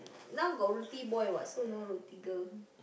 now got Rotiboy [what] so no roti girl